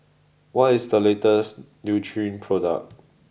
what is the latest Nutren product